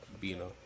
Bino